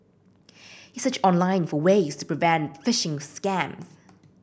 he searched online for ways to prevent phishing scams